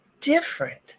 different